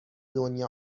دنیا